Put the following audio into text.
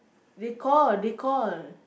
they call they call